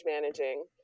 managing